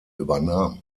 übernahm